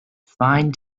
fine